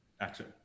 action